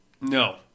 No